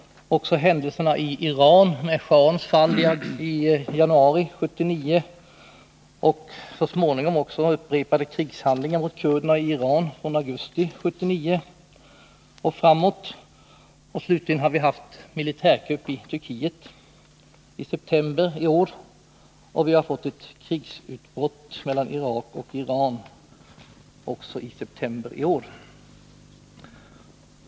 Också händelserna i Iran med schahens fall i januari 1979 och så småningom upprepade krigshandlingar mot kurderna i Iran från augusti 1979 och framåt har väckt vårt intresse för frågan. Slutligen inträffade militärkuppen i Turkiet i september i år, och krig utbröt mellan Irak och Iran, också i september i år.